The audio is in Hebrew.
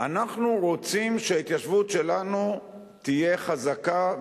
אנחנו רוצים שההתיישבות שלנו תהיה חזקה,